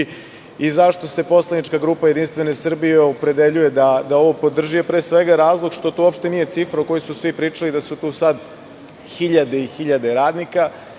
Zašto se poslanička grupa JS opredeljuje da ovo podrži je pre svega razlog što to uopšte nije cifra o kojoj su svi pričali, da su tu sad hiljade i hiljade radnika.